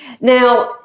Now